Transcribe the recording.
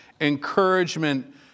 encouragement